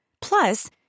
Plus